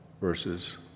verses